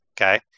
okay